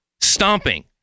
stomping